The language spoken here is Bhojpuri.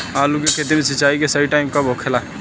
आलू के खेती मे सिंचाई के सही टाइम कब होखे ला?